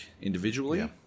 individually